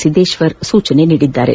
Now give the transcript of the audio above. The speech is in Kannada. ಸಿದ್ದೇಶ್ವರ್ ಸೂಚಿಸಿದ್ದಾರೆ